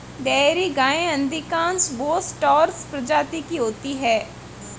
dairy गायें अधिकांश Bos taurus प्रजाति की होती हैं